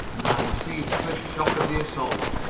and i received the first shock of the assault.